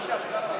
רק שנייה,